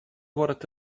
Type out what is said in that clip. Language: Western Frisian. duorret